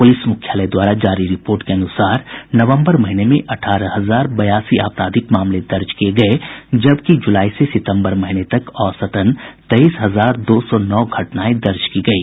प्रलिस मुख्यालय द्वारा जारी रिपोर्ट के अनुसार नवम्बर महीने में अठारह हजार बयासी आपराधिक मामले दर्ज किये गये जबकि जुलाई से सितम्बर महीने तक औसतन तेईस हजार दो सौ नौ घटनाएं दर्ज की गयी